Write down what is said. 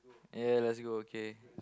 ya let's go okay